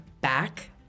back